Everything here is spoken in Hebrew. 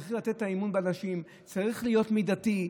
צריכים לתת אמון באנשים, צריכים להיות מידתיים.